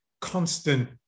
constant